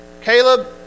Caleb